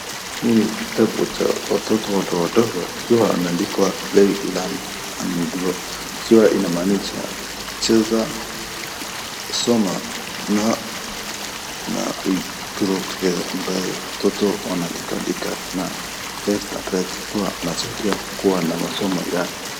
Hii ni kitabu cha watoto wote wadogo ikiwa ameandikwa play, learn and grow ikiwa inamaanisha cheza, soma na , na we grow together ambaye watoto wanaandika andika na left and right akiwa anasaidia kuwa na masomo yake.